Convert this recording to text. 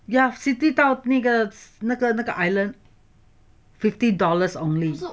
ya city 到那个那个那个 island fifty dollars only